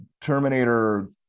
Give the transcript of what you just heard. Terminator